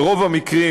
ברוב המקרים,